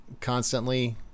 constantly